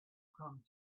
come